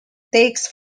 takes